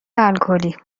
الکلی